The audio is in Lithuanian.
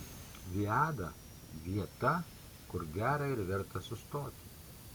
viada vieta kur gera ir verta sustoti